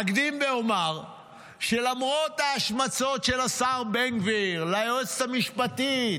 אקדים ואומר שלמרות ההשמצות של השר בן גביר ליועצת המשפטית,